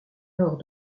nord